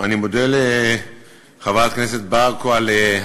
אני מודה לחברת הכנסת בַּרקו על,